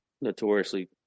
Notoriously